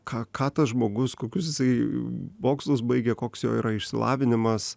ką ką tas žmogus kokius jisai mokslus baigė koks jo yra išsilavinimas